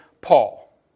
Paul